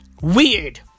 Weird